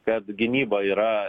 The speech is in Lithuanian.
kad gynyba yra